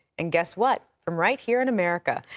and guess what from right here in america.